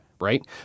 Right